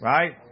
Right